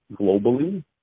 globally